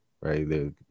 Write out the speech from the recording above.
right